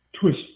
twist